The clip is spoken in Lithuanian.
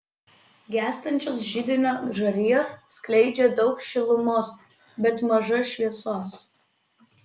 gęstančios židinio žarijos skleidžia daug šilumos bet maža šviesos